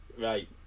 right